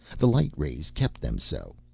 the light rays kept them so.